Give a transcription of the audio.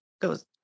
goes